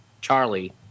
charlie